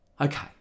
okay